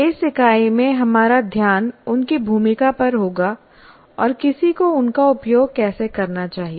इस इकाई में हमारा ध्यान उनकी भूमिका पर होगा और किसी को उनका उपयोग कैसे करना चाहिए